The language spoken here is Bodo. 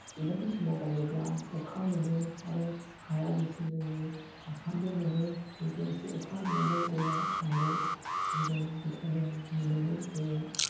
बेबायदि समाव गायोब्ला अखा मोनो आरो हाया गिसि जायो हासारबो मोनो दैज्लांसे अखा मोननानै गयआ थाङो मोजां भिटामिन मोननानै गया